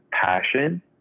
passion